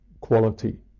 quality